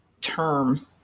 term